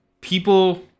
people